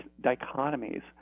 dichotomies